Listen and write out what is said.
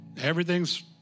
Everything's